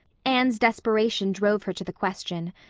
anne's desperation drove her to the question.